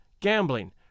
gambling